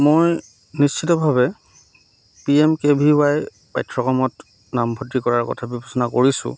মই নিশ্চিতভাৱে P M K V Y পাঠ্যক্ৰমত নামভৰ্তি কৰাৰ কথা বিবেচনা কৰিছোঁ